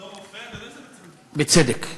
בתור רופא, אתה, בצדק.